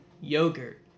Yogurt